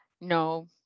No